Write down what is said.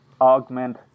augment